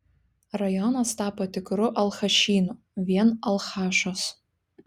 rajonas tapo tikru alchašynu vien alchašos